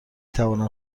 توانم